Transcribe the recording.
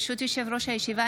ברשות יושב-ראש הישיבה,